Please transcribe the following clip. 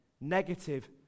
negative